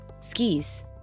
skis